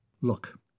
Look